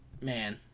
man